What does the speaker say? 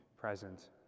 present